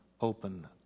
open